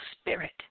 spirit